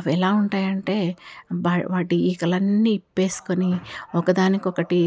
అవెలా ఉంటాయంటే వా వాటి ఈకలన్నీ విప్పేసుకుని ఒకదానికొకటి